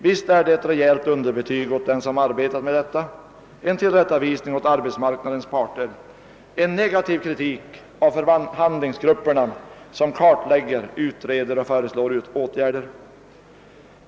Visst är det ett rejält underbetyg åt dem som arbetat med detta, en hård tillrättavisning av arbetsmarknadens parter, en negativ kritik av förhandlingsgrupperna som kartlägger, utreder och föreslår åtgärder.